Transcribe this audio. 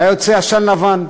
היה יוצא עשן לבן,